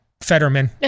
Fetterman